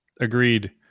Agreed